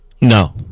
No